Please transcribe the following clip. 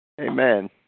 Amen